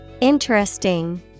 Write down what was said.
Interesting